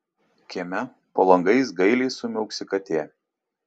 kieme po langais gailiai sumiauksi katė